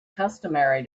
customary